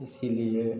इसीलिए